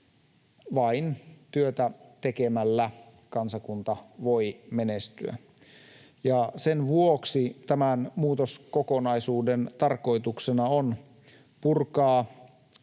Vain työtä tekemällä kansakunta voi menestyä. Sen vuoksi tämän muutoskokonaisuuden tarkoituksena on purkaa